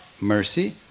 mercy